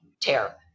tear